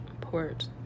port